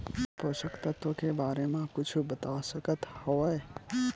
पोषक तत्व के बारे मा कुछु बता सकत हवय?